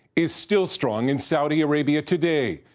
is still strong in saudi arabia today,